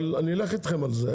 אבל אני אלך איתכם על זה,